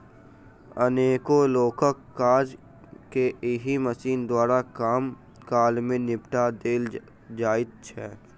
अनेको लोकक काज के एहि मशीन द्वारा कम काल मे निपटा देल जाइत छै